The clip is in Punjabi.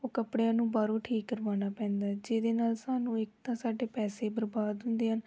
ਉਹ ਕੱਪੜਿਆਂ ਨੂੰ ਬਾਹਰੋਂ ਠੀਕ ਕਰਵਾਉਣਾ ਪੈਂਦਾ ਹੈ ਜਿਹਦੇ ਨਾਲ ਸਾਨੂੰ ਇੱਕ ਤਾਂ ਸਾਨੂੰ ਸਾਡੇ ਪੈਸੇ ਬਰਬਾਦ ਹੁੰਦੇ ਹਨ